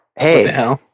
Hey